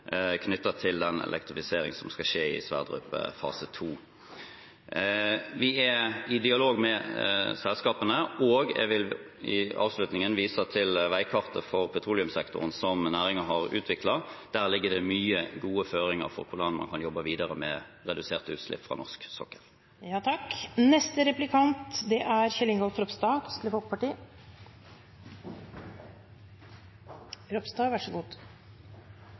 til den elektrifisering som skal skje på Johan Sverdrup fase 2. Vi er i dialog med selskapene, og jeg vil i avslutningen vise til veikartet for petroleumssektoren som næringen har utviklet. Der ligger det mye gode føringer for hvordan man kan jobbe videre med reduserte utslipp fra norsk